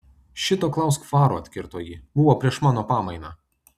šito klausk farų atkirto ji buvo prieš mano pamainą